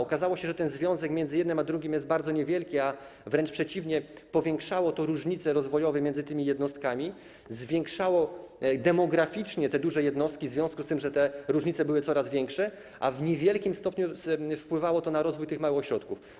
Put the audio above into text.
Okazało się, że związek między jednym a drugim jest bardzo niewielki, że jest wręcz przeciwnie, bo powiększało to różnice rozwojowe między tymi jednostkami, zwiększało, budowało demograficznie duże jednostki w związku z tym, że te różnice były coraz większe, a w niewielkim stopniu wpływało na rozwój małych ośrodków.